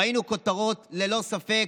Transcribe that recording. ראינו כותרות, ללא ספק,